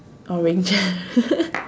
orange